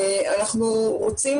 אנחנו רוצים